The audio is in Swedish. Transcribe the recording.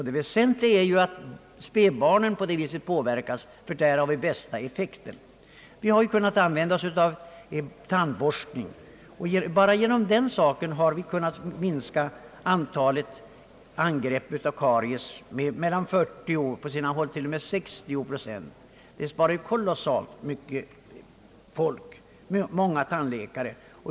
Det väsentliga är att spädbarnen blott på detta sätt kan påverkas — och även i övrigt uppnås härigenom den bästa effekten. Fluor har ju hittills i vårt land bara kunnat användas vid tandborstning. Men bara därigenom har lokalt antalet angrepp av karies hos skolbarnen kunnat minskas med mellan 40 och 60 procent. Det innebär mycket stora besparingar i arbetstimmar för tandläkarna.